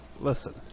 Listen